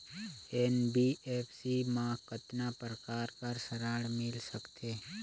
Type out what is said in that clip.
NBFC मा कतना प्रकार कर ऋण मिल सकथे?